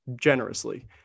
generously